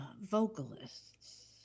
vocalists